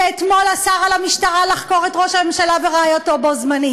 שאתמול אסר על המשטרה לחקור את ראש הממשלה ורעייתו בו-בזמן.